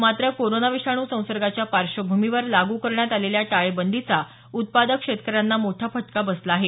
मात्र कोरोना विषाणू संसर्गाच्या पार्श्वभूमीवर लागू करण्यात आलेल्या टाळेबंदीचा उत्पादक शेतकऱ्यांना मोठा फटका बसला आहे